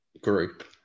group